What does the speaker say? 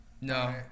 no